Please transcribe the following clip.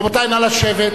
רבותי נא לשבת.